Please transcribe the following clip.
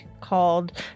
called